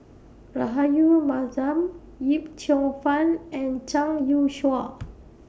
Rahayu Mahzam Yip Cheong Fun and Zhang Youshuo